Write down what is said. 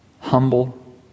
humble